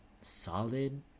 solid